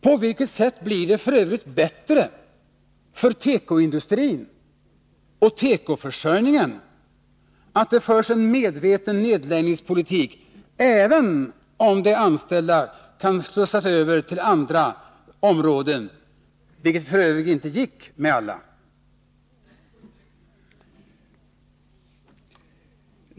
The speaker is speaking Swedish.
På vilket sätt blir det f. ö. bättre för tekoindustrin och tekoförsörjningen genom att det förs en medveten nedläggningspolitik — även om de anställda kan slussas över till andra områden? Detta går ju inte i samtliga fall.